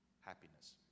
happiness